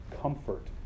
comfort